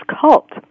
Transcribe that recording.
cult